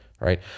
right